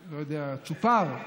לא יודע, צו'פר,